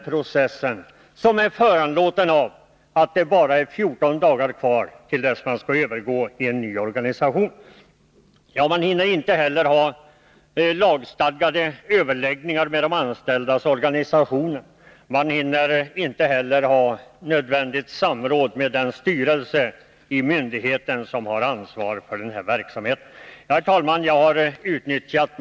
Det är föranlett av att det bara är 14 dagar kvar tills man skall övergå till den nya organisationen. Man hinner inte heller ha lagstadgade överläggningar med de anställdas organisationer eller nödvändigt samråd med den styrelse i myndigheten som har ansvar för verksamheten.